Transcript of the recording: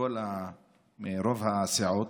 מרוב הסיעות.